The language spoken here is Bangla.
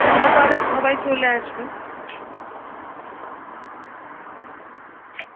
তোমরা তাহলে সবাই চলে আসবে